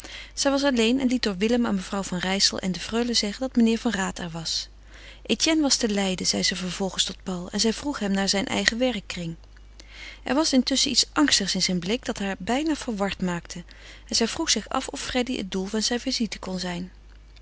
zij was alleen en liet door willem aan mevrouw van rijsel en de freule zeggen dat meneer van raat er was etienne was te leiden zeide zij vervolgens tot paul en zij vroeg hem naar zijn eigen werkkring er was intusschen iets angstigs in zijn blik dat haar bijna verward maakte en zij vroeg zich af of freddy het doel zijner visite kon zijn